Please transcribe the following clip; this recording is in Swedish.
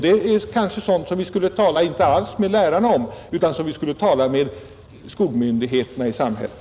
Det är sådant som vi kanske inte skulle tala med lärarna om utan med skolmyndigheterna i samhället.